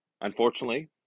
unfortunately